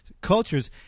cultures